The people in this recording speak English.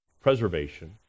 preservation